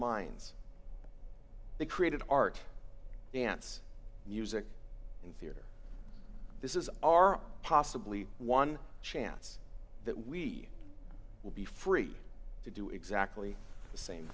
minds they created art dance music and theater this is our possibly one chance that we will be free to do exactly the same